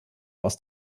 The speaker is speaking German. aus